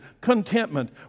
contentment